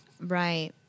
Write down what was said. Right